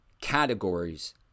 categories